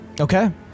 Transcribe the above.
Okay